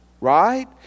right